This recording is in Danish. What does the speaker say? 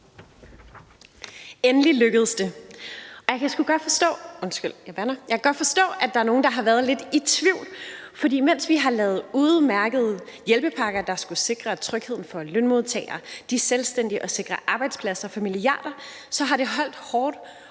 undskyld, at jeg bander – at der er nogle, der har været lidt i tvivl, for mens vi har lavet udmærkede hjælpepakker, der skulle sikre trygheden for lønmodtagere og for de selvstændige og sikre arbejdspladser for milliarder, så har det holdt hårdt